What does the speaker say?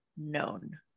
known